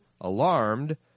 alarmed